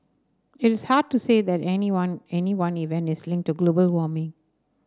it is hard to say that anyone any one event is linked to global warming